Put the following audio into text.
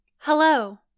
Hello